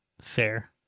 Fair